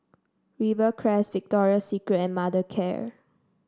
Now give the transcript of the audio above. Rivercrest Victoria Secret and Mothercare